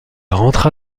rentra